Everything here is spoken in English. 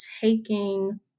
taking